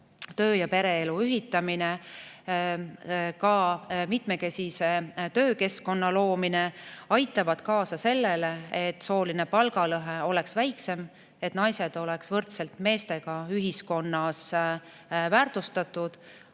töö ja pereelu ühitamine, ka mitmekesise töökeskkonna loomine aitab kaasa sellele, et sooline palgalõhe oleks väiksem, et naised oleks võrdselt meestega ühiskonnas väärtustatud,